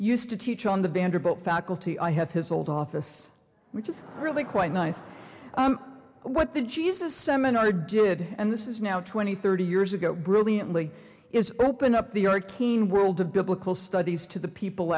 used to teach on the vanderbilt faculty i have his old office which is really quite nice what the jesus seminar did and this is now twenty thirty years ago brilliantly is open up the are keen world to biblical studies to the people